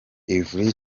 yverry